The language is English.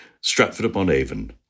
Stratford-upon-Avon